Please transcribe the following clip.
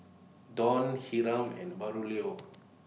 Dawn Hiram and Braulio